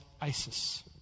Isis